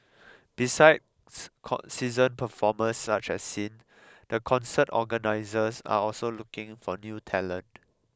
besides called seasoned performers such as Sin the concert organisers are also looking for new talent